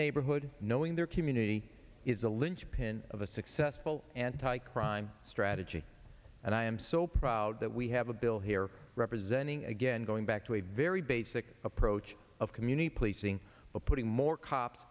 neighborhood knowing their community is the linchpin of a successful anti crime strategy and i am so proud that we have a bill here representing again going back to a very basic approach of community policing putting more cops